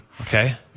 Okay